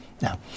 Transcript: Now